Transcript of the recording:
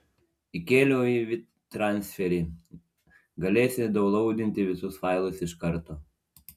įkėliau į vytransferį galėsi daunlaudinti visus failus iš karto